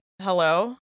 hello